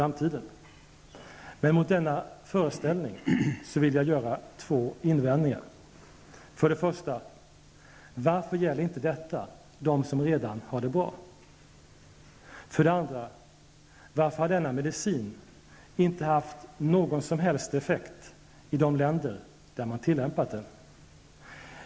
Men mot denna föreställning vill jag göra två invändningar: För det första: Varför gäller inte detta dem som redan har det bra? För det andra: Varför har denna medicin inte haft någon som helst effekt i de länder där man tillämpat den?